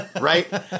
Right